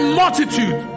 multitude